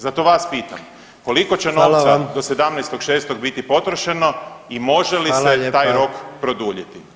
Zato vas pitam, koliko će novca [[Upadica: Hvala vam.]] do 17.6. biti potrošeno i može li se [[Upadica: Hvala lijepa.]] taj rok produljiti?